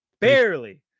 barely